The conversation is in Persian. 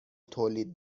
تولید